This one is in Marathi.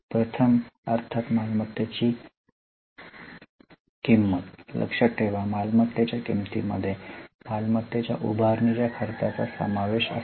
प्रथम अर्थात मालमत्तेची किंमत लक्षात ठेवा मालमत्त्तेच्या किमंतीमध्ये मालमत्त्तेच्या उभारणीच्या खर्चाचा समावेश असावा